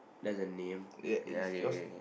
that's the name ya okay okay okay